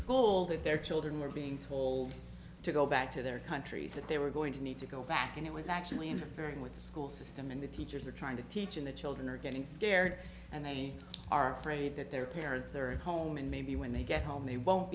school that their children were being told to go back to their countries that they were going to need to go back and it was actually in very with the school system and the teachers are trying to teach in the children are getting scared and they are afraid that their parents are at home and maybe when they get home they won't